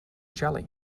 jelly